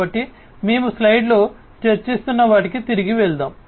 కాబట్టి మేము స్లైడ్లలో చర్చిస్తున్న వాటికి తిరిగి వెళ్దాం